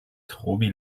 trovi